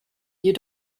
you